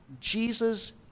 Jesus